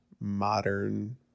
modern